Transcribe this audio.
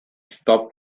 stop